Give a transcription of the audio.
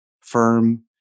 firm